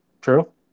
true